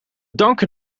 danken